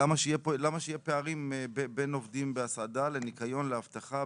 למה שיהיו פערים בין עובדים בהסעדה לניקיון לאבטחה,